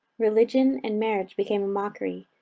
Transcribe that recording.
religion and marriage became a mockery,